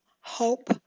hope